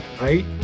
right